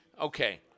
Okay